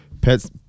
pets